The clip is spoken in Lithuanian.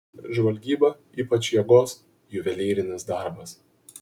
žvalgyba ypač jėgos juvelyrinis darbas